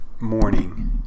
morning